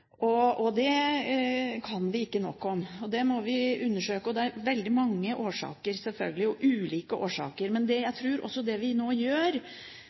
Det kan vi ikke nok om, det må vi undersøke. Det er veldig mange årsaker, selvfølgelig – og ulike årsaker. Jeg tror at det vi nå gjør